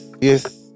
yes